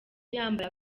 yambaye